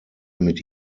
mit